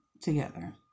together